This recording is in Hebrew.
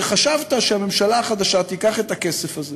וחשבת שהממשלה החדשה תיקח את הכסף הזה